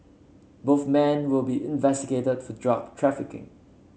both men will be investigated for drug trafficking